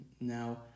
Now